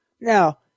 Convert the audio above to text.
Now